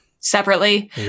separately